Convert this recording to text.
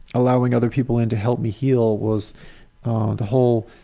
allowing other people in to help me heal was the whole,